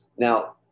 Now